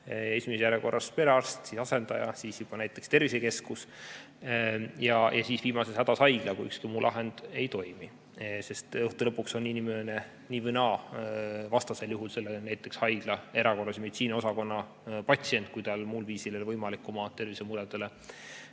esimeses järjekorras perearst, siis asendaja, siis juba näiteks tervisekeskus ja siis viimases hädas haigla, kui ükski muu lahendus ei toimi. Lõpuks on inimene nii või naa vastasel juhul näiteks haigla erakorralise meditsiini osakonna patsient, kui tal muul viisil ei ole võimalik oma tervisemuredele